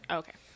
okay